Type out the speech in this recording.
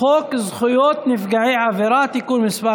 חוק זכויות נפגעי עבירה (תיקון מס'